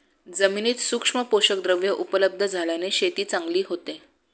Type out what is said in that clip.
जमिनीत सूक्ष्म पोषकद्रव्ये उपलब्ध झाल्याने शेती चांगली होते